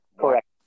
Correct